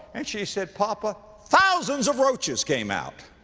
and she said, papa, thousands of roaches came out